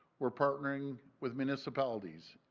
we are partnering with municipalities,